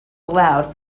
allowed